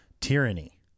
tyranny